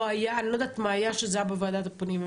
אני לא יודעת מה היה שזה היה בוועדת הפנים.